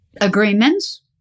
agreements